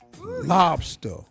lobster